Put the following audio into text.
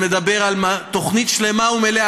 שמדבר על תוכנית שלמה ומלאה,